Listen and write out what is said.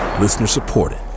Listener-supported